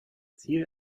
ziel